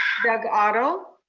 doug otto.